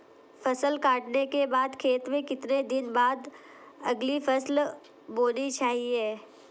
फसल काटने के बाद खेत में कितने दिन बाद अगली फसल बोनी चाहिये?